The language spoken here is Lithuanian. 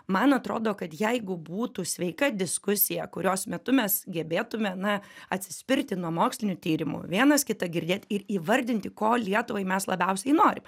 man atrodo kad jeigu būtų sveika diskusija kurios metu mes gebėtume na atsispirti nuo mokslinių tyrimų vienas kitą girdėt ir įvardinti ko lietuvai mes labiausiai norim